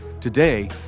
today